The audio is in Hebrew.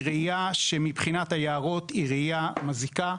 היא רעייה שמבחינת היערות היא רעייה מזיקה,